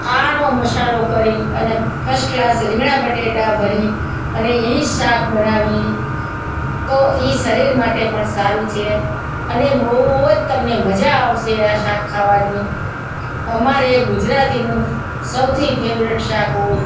આનો મસાલો કરી અને ફશ્ટ ક્લાસ રીંગણા બટાટા ભરી અને એ શાક બનાવીએ તો એ શરીર માટે પણ સારું છે અને બહુ જ તમને મજા આવશે આ શાક ખાવાની અમારે ગુજરાતીનું સૌથી ફેવરેટ શાક હોય